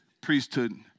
priesthood